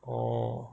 orh